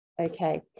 Okay